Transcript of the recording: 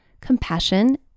compassion